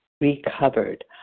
recovered